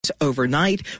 Overnight